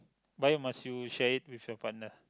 why must you share it with your partner